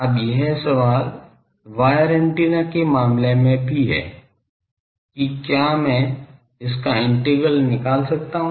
अब यह सवाल वायर एंटेना के मामले में भी है कि क्या मैं इसका इंटीग्रल निकाल सकता हूं